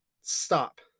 stop